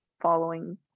following